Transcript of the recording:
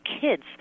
kids